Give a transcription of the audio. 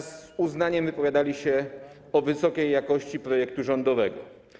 Z uznaniem wypowiadali się oni o wysokiej jakości projektu rządowego.